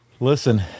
listen